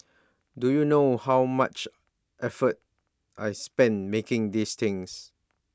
do you know how much effort I spent making these things